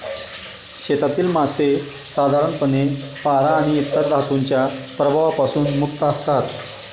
शेतातील मासे साधारणपणे पारा आणि इतर धातूंच्या प्रभावापासून मुक्त असतात